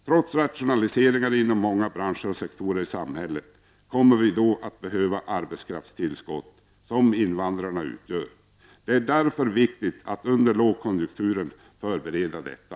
Trots rationaliseringar inom många branscher och sektorer i samhället kommer vi då att behöva det arbetskraftstillskott som invandrarna utgör. Det är därför viktigt att under lågkonjunktur förbereda detta.